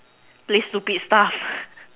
play stupid stuff